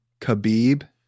Khabib